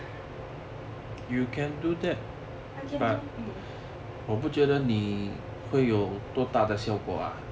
I can do hmm